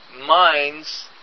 minds